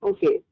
Okay